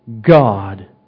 God